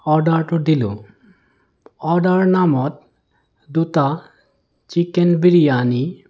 অৰ্ডাৰটো দিলোঁ অৰ্ডাৰৰ নামত দুটা চিকেন বিৰিয়ানী